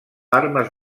armes